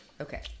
Okay